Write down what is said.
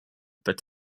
but